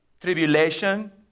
Tribulation